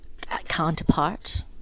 counterpart